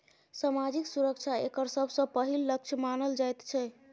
सामाजिक सुरक्षा एकर सबसँ पहिल लक्ष्य मानल जाइत छै